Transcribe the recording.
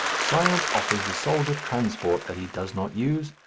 science offers the soldier transport that he does not use,